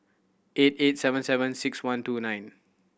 eight eight seven seven six one two nine